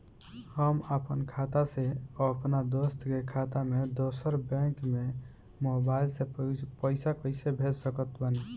हम आपन खाता से अपना दोस्त के खाता मे दोसर बैंक मे मोबाइल से पैसा कैसे भेज सकत बानी?